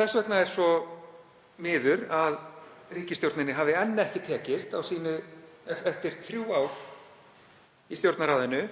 Þess vegna er svo miður að ríkisstjórninni hafi enn ekki tekist, eftir þrjú ár í Stjórnarráðinu,